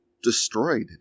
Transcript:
Destroyed